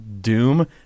Doom